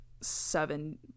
seven